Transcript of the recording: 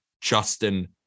Justin